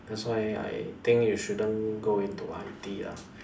that's why I think you shouldn't go into I_T ah